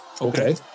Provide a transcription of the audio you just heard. Okay